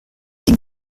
den